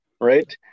right